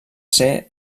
ser